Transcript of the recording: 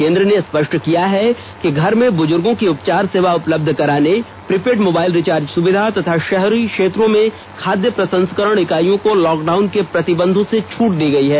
केन्द्र ने स्पष्ट किया है कि घर में बुजुर्गो को उपचर्या सेवा उपलब्ध कराने प्रीपेड मोबाइल रिचार्ज सुविधा तथा शहरी क्षेत्रों में खाद्य प्रसंस्करण इकाइयों को लॉकडाउन के प्रतिबंधों से छूट दी गई है